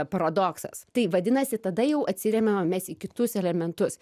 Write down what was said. paradoksas tai vadinasi tada jau atsiremiam mes į kitus elementus